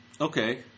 Okay